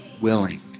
Willing